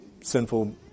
sinful